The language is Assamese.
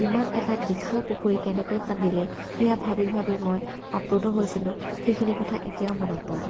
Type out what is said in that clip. ইমান এটা বিশাল পুখুৰী কেনেকৈ খান্দিলে সেয়া ভাবি ভাবি মই আপ্লুত হৈছিলোঁ সেইখিনি কথা এতিয়াও মনত পৰে